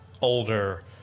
older